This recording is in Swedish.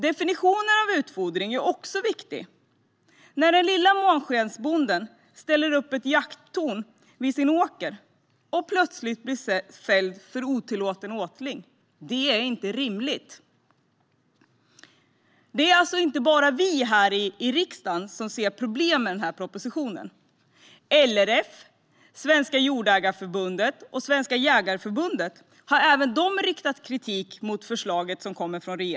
Definitionen av utfodring är också viktig när den lilla månskensbonden ställer upp ett jakttorn vid sin åker och plötsligt blir fälld för otillåten åtling. Det är inte rimligt. Det är inte bara vi här i riksdagen som ser problem med propositionen. LRF, Sveriges Jordägareförbund och Svenska Jägareförbundet har även de riktat kritik mot förslaget.